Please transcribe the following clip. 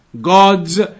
gods